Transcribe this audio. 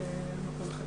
אושר.